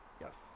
yes